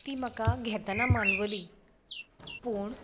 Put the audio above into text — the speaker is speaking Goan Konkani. ती म्हाका घेतना मानवली पूण